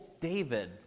David